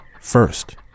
First